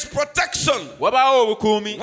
protection